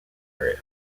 area